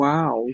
Wow